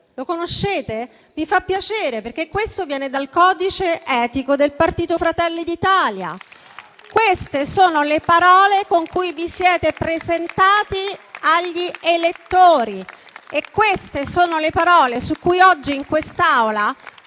Le riconoscete? Mi fa piacere, perché queste parole vengono dal codice etico del partito Fratelli d'Italia. Queste sono le parole con cui vi siete presentati agli elettori. E queste sono le parole su cui oggi, in quest'Aula,